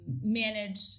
manage